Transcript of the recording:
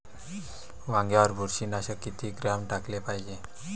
वांग्यावर बुरशी नाशक किती ग्राम टाकाले पायजे?